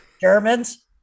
Germans